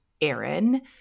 Aaron